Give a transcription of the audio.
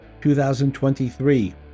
2023